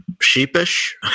sheepish